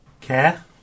care